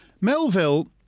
Melville